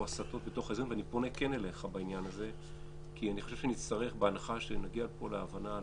אני פונה אליך בעניין הזה כי בהנחה שנגיע פה להבנה,